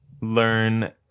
learn